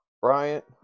Bryant